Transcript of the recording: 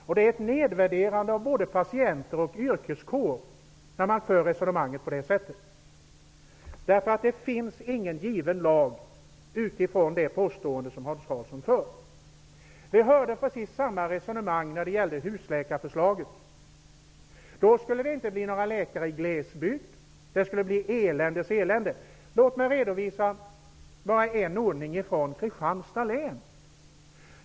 Man nedvärderar både patienter och yrkeskår när man för resonemanget på det sättet. Vi hörde precis samma resonemang när det gällde husläkarförslaget. Då skulle det inte bli några läkare i glesbygden. Det skulle bli eländes elände. Låt mig bara lämna en redovisning från Kristianstads län.